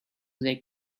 they